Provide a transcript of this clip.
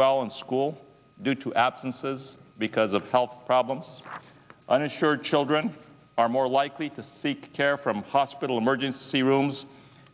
well in school due to absences because of health problems uninsured children are more likely to seek care from hospital emergency rooms